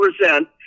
represent